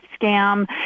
scam